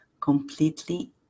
completely